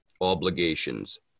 obligations